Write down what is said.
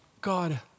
God